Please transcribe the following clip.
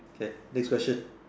can next question